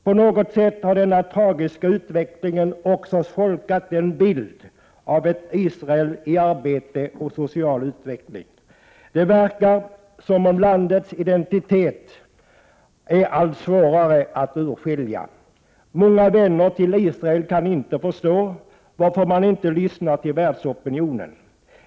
På något sätt har denna tragiska utveckling också solkat bilden av ett Israel i arbete och social utveckling. Det verkar som om landets identitet blir allt svårare att urskilja. Många vänner till Israel kan inte förstå varför man inte lyssnar på världsopinionen.